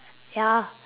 ya